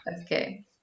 okay